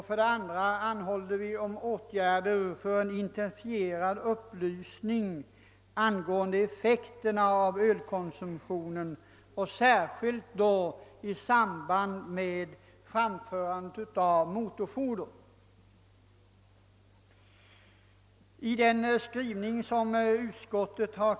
Vidare anhåller vi om åtgärder för en intensifierad upplysning angående effekterna av ölkonsumtionen, särskilt då i samband med framförande av motorfordon. Utskottets skrivning är positiv.